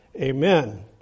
Amen